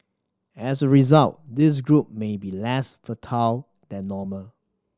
as a result this group may be less fertile than normal